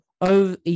Over